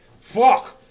fuck